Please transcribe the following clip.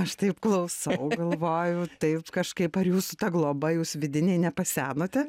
aš taip klausau galvoju taip kažkaip ar jūsų ta globa jūs vidiniai nepasenote